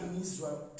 Israel